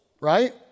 right